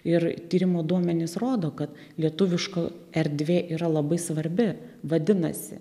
ir tyrimų duomenys rodo kad lietuviška erdvė yra labai svarbi vadinasi